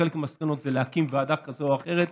וחלק מהמסקנות זה להקים ועדה כזאת או אחרת,